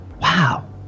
wow